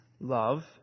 love